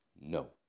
no